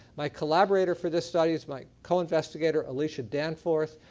my collaborator for this study is my co-investigator, alicia danforth,